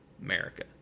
America